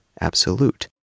absolute